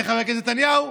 חבר הכנסת נתניהו,